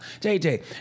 JJ